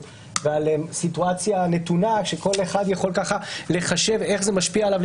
ועל סיטואציה נתונה שבה כל אחד יכול לחשב איך זה משפיע עליו,